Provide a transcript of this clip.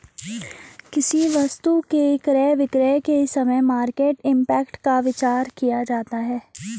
किसी वस्तु के क्रय विक्रय के समय मार्केट इंपैक्ट का विचार किया जाता है